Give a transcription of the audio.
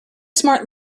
smart